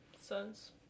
sons